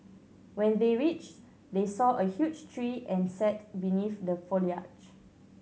when they reached they saw a huge tree and sat beneath the foliage